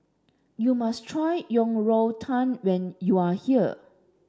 you must try Yang Rou Tang when you are here